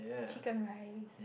chicken rice